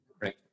right